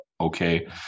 okay